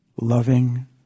loving